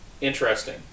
interesting